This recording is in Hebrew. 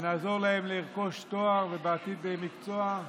ונעזור להם לרכוש תואר, ובעתיד מקצוע,